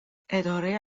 اداره